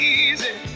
easy